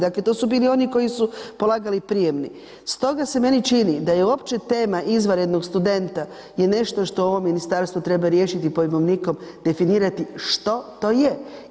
Dakle, to su bili oni koji su polagali prijemni, stoga se meni čini da je uopće tema izvanrednog studenta je nešto što ovo ministarstvo treba riješiti pojmovnikom definirati što to je.